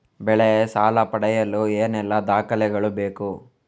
ಬೆಳೆ ಸಾಲ ಪಡೆಯಲು ಏನೆಲ್ಲಾ ದಾಖಲೆಗಳು ಬೇಕು?